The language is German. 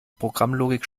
programmlogik